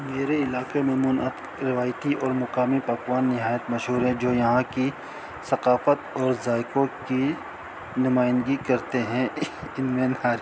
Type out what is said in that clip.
میرے علاقے میں منع روایتی اور مقامی پکوان نہایت مشہور ہیں جو یہاں کی ثقافت اور ذائقوں کی نمائندگی کرتے ہیں ان میںین ہار